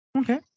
Okay